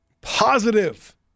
positive